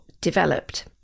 developed